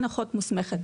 אחות מוסכמת.